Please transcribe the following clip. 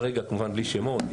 כמובן בלי שמות,